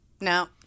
No